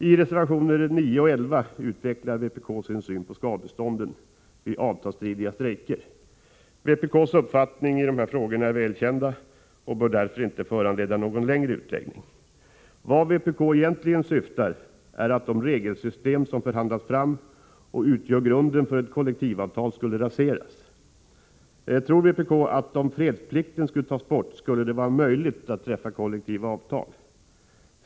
I reservationerna 9 och 11 utvecklar vpk sin syn på skadestånden vid avtalsstridiga strejker. Vpk:s uppfattning i de här frågorna är välkänd och behöver därför inte föranleda någon längre utläggning. Vad vpk egentligen syftar till är att de regelsystem som förhandlats fram och som utgör grunden för ett kollektivavtal skulle raseras. Tror vpk att om fredsplikten skulle tas bort skulle det finnas möjligheter att träffa kollektiva avtal?